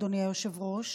אדוני היושב-ראש,